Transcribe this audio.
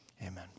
amen